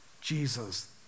Jesus